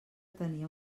tenia